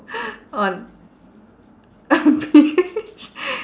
on um P H